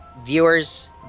Viewers